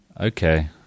Okay